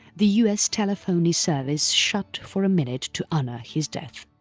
the u s telephony service shut for a minute to honour his death.